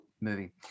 movie